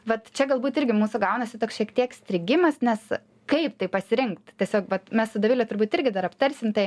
vat čia galbūt irgi mūsų gaunasi toks šiek tiek strigimas nes kaip tai pasirinkt tiesiog vat mes su dovile turbūt irgi dar aptarsim tai